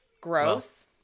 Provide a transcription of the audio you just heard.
Gross